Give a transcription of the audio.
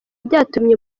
byatumye